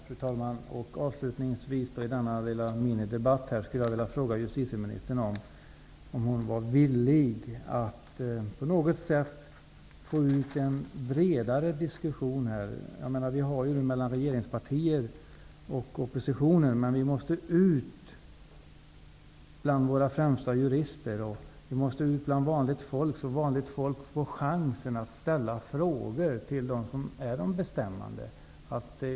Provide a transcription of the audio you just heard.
Fru talman! Avslutningsvis vill jag i denna minidebatt fråga justitieministern om hon är villig att på något sätt få till stånd en bredare diskussion. Det förs en debatt mellan regeringspartierna och oppositionen, men vi måste ut bland våra främsta jurister och ut bland vanligt folk, så att människor får chansen att ställa frågor till de bestämmande.